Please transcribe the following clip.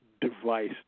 device